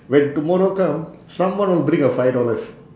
when tomorrow come someone will bring a five dollars